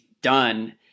done